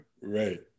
Right